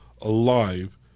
alive